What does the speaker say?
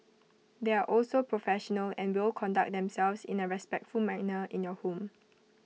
they are also professional and will conduct themselves in A respectful manner in your home